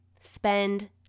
spend